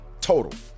total